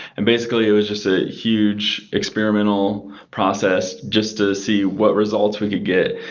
and basically, it was just a huge experimental process just to see what results we could get.